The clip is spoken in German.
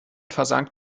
versank